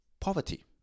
poverty